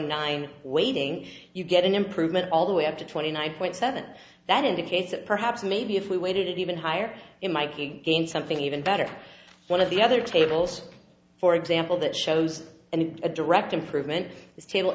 nine weighting you get an improvement all the way up to twenty nine point seven that indicates that perhaps maybe if we waited even higher in mike he gained something even better one of the other tables for example that shows and a direct improvement